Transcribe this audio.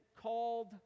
called